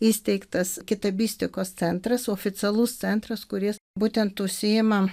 įsteigtas kitabistikos centras oficialus centras kuris būtent užsiima